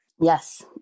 Yes